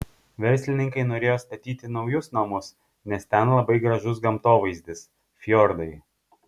verslininkai norėjo statyti naujus namus nes ten labai gražus gamtovaizdis fjordai